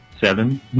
Seven